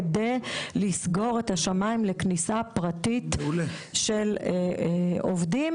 כדי לסגור את השמיים כניסה פרטית של עובדים.